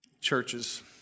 Churches